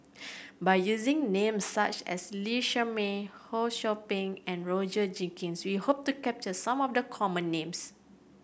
by using names such as Lee Shermay Ho Sou Ping and Roger Jenkins we hope to capture some of the common names